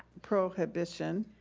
prohibition,